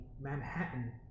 Manhattan